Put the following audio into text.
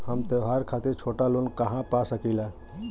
हम त्योहार खातिर छोटा लोन कहा पा सकिला?